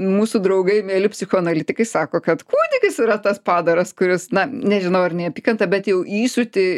mūsų draugai mieli psichoanalitikai sako kad kūdikis yra tas padaras kuris na nežinau ar neapykantą bet jau įsiūtį